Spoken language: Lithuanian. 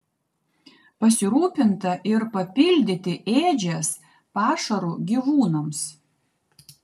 pasirūpinta ir papildyti ėdžias pašaru gyvūnams